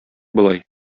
болай